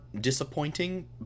disappointing